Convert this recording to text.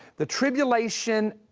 the tribulation,